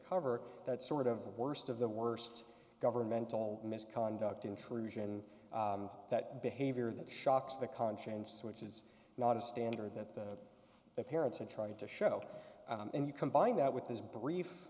cover that sort of the worst of the worst governmental misconduct intrusion that behavior that shocks the conscience which is not a standard that the parents are trying to show and you combine that with this brief